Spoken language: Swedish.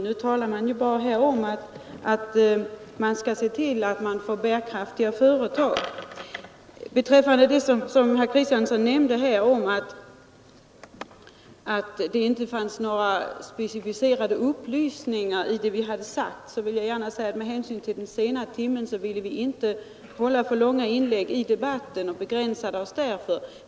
Nu sägs det bara att vi skall se till att man får bärkraftiga företag. Vad beträffar det herr Kristiansson sade om att det inte fanns några specificerade upplysningar i det vi hade sagt vill jag gärna framhålla att vi med hänsyn till den sena timmen inte vill göra för långa inlägg i debatten.